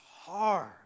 hard